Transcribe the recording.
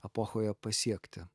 epochoje pasiekti